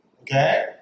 Okay